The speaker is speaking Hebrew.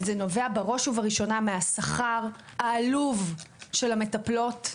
זה נובע בראש ובראשונה מהשכר העלוב של המטפלות.